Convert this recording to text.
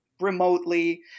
remotely